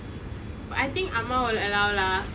but I think அம்மா:amma will allow lah